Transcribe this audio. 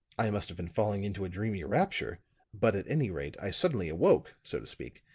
i must have been falling into a dreamy rapture but at any rate i suddenly awoke, so to speak.